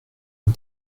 une